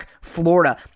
Florida